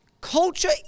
culture